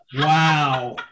Wow